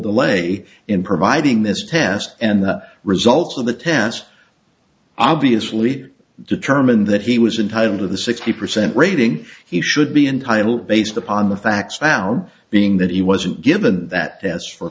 delay in providing this test and the results of the test obviously determined that he was entitled to the sixty percent rating he should be entitled based upon the facts found being that he wasn't given that he has for